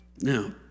now